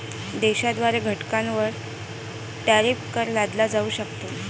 देशाद्वारे घटकांवर टॅरिफ कर लादला जाऊ शकतो